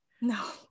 no